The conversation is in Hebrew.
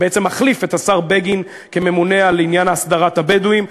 בעצם מחליף את השר בגין כממונה על עניין הסדרת הבדואים,